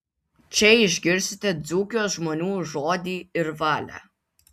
čia išgirsite dzūkijos žmonių žodį ir valią